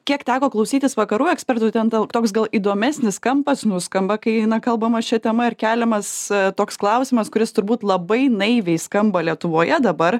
kiek teko klausytis vakarų ekspertų ten tal toks gal įdomesnis kampas nuskamba kai na kalbama šia tema ir keliamas toks klausimas kuris turbūt labai naiviai skamba lietuvoje dabar